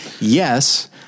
yes